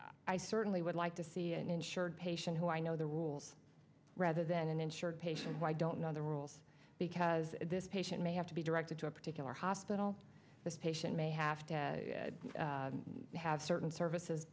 i certainly would like to see an insured patient who i know the rules rather than an insured patients i don't know the rules because this patient may have to be directed to a particular hospital the patient may have to have certain services